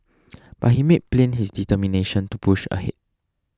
but he made plain his determination to push ahead